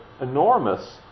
enormous